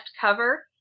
cover